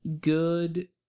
good